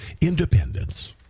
Independence